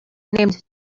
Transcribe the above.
named